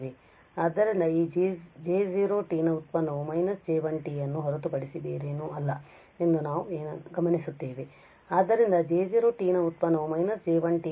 ಆದ್ದರಿಂದ ಈ J0 ನ ವ್ಯುತ್ಪನ್ನವು −J1